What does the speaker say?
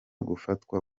gufatwa